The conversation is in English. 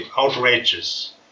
outrageous